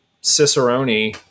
Cicerone